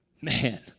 Man